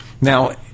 Now